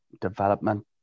development